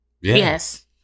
Yes